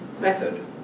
method